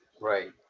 right